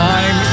Time